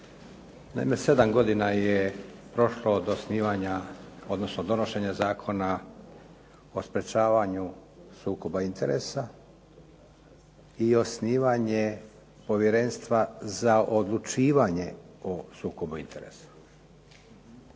Naime, 7 godina je prošlo od osnivanja, odnosno donošenja Zakona o sprečavanju sukoba interesa i osnivanje Povjerenstva za odlučivanje o sukobu interesa.